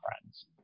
friends